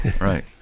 Right